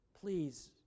Please